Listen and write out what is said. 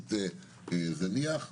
יחסית זניח,